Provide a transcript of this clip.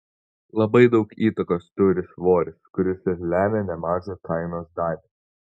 labai daug įtakos turi svoris kuris ir lemia nemažą kainos dalį